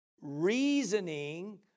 reasoning